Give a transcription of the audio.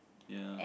ya